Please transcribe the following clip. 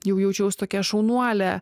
jau jaučiaus tokia šaunuolė